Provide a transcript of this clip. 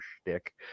shtick